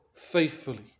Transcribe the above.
faithfully